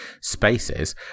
spaces